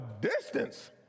distance